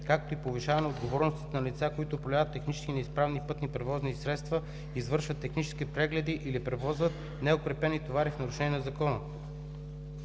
както и повишаване отговорностите на лица, които управляват технически неизправни пътни превозни средства, извършват технически прегледи или превозват неукрепени товари в нарушение на Закона.